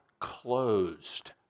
closed